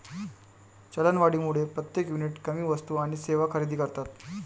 चलनवाढीमुळे प्रत्येक युनिट कमी वस्तू आणि सेवा खरेदी करतात